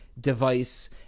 device